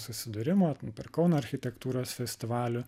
susidūrimo per kauno architektūros festivalį